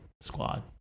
squad